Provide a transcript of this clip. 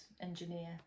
engineer